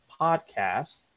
podcast –